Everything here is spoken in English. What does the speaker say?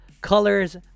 Colors